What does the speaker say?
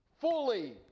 fully